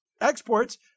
exports